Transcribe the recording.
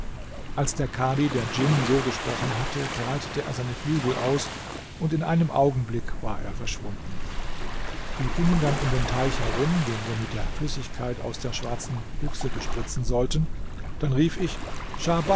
als der kadhi der djinn so gesprochen hatte breitete er seine flügel aus und in einem augenblick war er verschwunden wir gingen dann um den teich herum den wir mit der flüssigkeit aus der schwarzen büchse bespritzen sollten dann rief ich